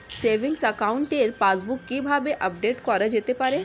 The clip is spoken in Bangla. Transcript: সেভিংস একাউন্টের পাসবুক কি কিভাবে আপডেট করা যেতে পারে?